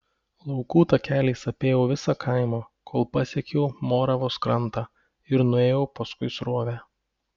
laukų takeliais apėjau visą kaimą kol pasiekiau moravos krantą ir nuėjau paskui srovę